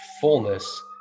fullness